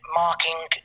marking